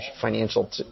financial